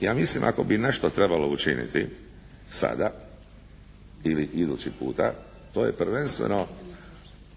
Ja mislim ako bi nešto trebalo učiniti sada ili idući puta to je prvenstveno